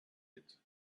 did